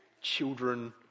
children